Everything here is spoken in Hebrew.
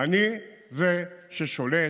אני זה ששולט,